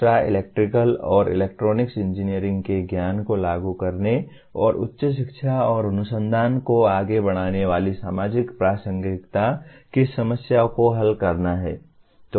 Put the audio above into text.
दूसरा इलेक्ट्रिकल और electronics engineering के ज्ञान को लागू करने और उच्च शिक्षा और अनुसंधान को आगे बढ़ाने वाली सामाजिक प्रासंगिकता की समस्याओं को हल करना हैं